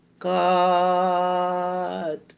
God